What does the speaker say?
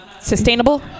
sustainable